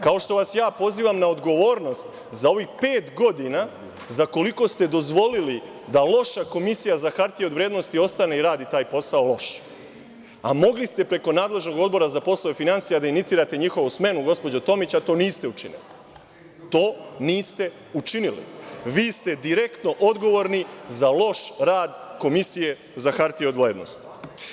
Kao što vas ja pozivam na odgovornost za ovih pet godina za koliko ste dozvolili da loša Komisija za hartije od vrednosti ostane i rade taj posao loše, a mogli ste preko nadležnog Odbora za poslove finansija da inicirate njihovu smenu, gospođo Tomić, a to niste učinili, vi ste direktno odgovorni za loš rad Komisije za hartije od vrednosti.